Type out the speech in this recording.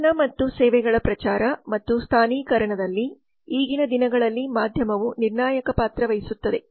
ಉತ್ಪನ್ನ ಮತ್ತು ಸೇವೆಗಳ ಪ್ರಚಾರ ಮತ್ತು ಸ್ಥಾನೀಕರಣದಲ್ಲಿ ಈಗಿನ ದಿನಗಳಲ್ಲಿ ಮಾಧ್ಯಮವು ನಿರ್ಣಾಯಕ ಪಾತ್ರ ವಹಿಸುತ್ತದೆ